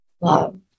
Love